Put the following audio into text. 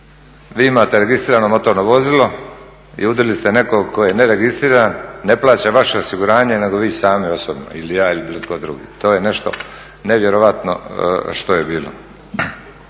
Vi imate registrirano motorno vozilo i udarili ste nekog tko je neregistriran, ne plaća vaše osiguranje nego vi sami osobno ili ja ili bilo tko drugi. To je nešto nevjerojatno što je bilo.